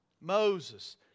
Moses